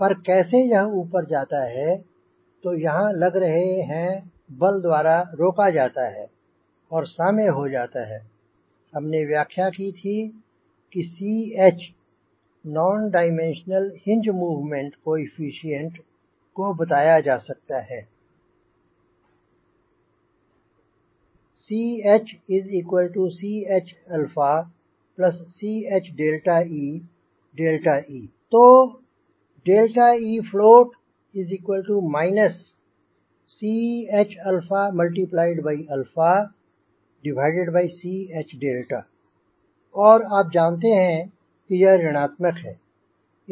पर कैसे यह ऊपर जाता है तो यहाँ लग रहे हैं बल द्वारा रोका जाता है और साम्य हो जाता है हमने व्याख्या की थी कि Ch non dimensional hinge moment coefficient को बताया जा सकता है ChCh Chee तो float ChCh और आप जानते हैं कि यह ऋणात्मक है